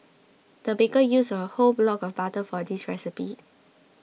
the baker used a whole block of butter for this recipe